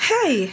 Hey